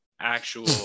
actual